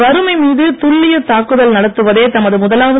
வறுமை மீது துல்லியத் தாக்குதல் நடத்துவதே தமது முதலாவது